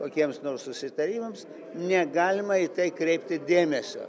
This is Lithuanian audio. kokiems nors susitarimams negalima į tai kreipti dėmesio